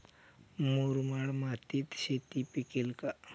मुरमाड मातीत शेती पिकेल का?